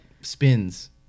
spins